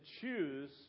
choose